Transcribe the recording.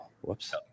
Whoops